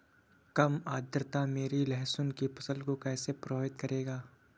कम आर्द्रता मेरी लहसुन की फसल को कैसे प्रभावित करेगा?